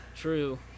True